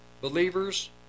believers